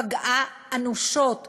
פגעה אנושות